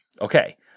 okay